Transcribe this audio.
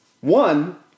One